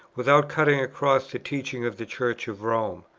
without cutting across the teaching of the church of rome.